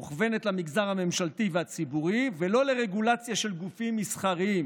מוכוונת למגזר הממשלתי והציבורי ולא לרגולציה של גופים מסחריים.